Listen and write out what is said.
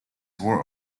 were